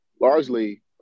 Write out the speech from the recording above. largely